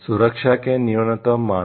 सुरक्षा के न्यूनतम मानक